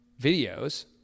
videos